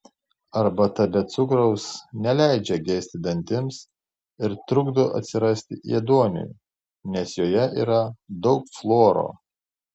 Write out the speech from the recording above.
arbata be cukraus neleidžia gesti dantims ir trukdo atsirasti ėduoniui nes joje yra daug fluoro